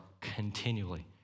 continually